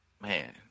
Man